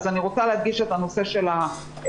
אז אני רוצה להדגיש את הנושא של ההאצה,